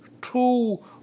two